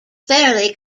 fairly